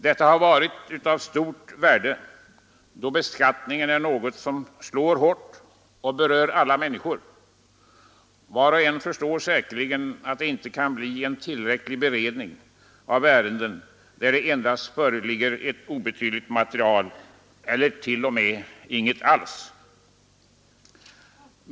Detta har varit av stort värde, då beskattningen är något som slår hårt och berör alla människor. Var och en förstår säkerligen att det inte kan bli en tillräcklig beredning av ärenden där det endast föreligger ett obetydligt material eller t.o.m. inget alls.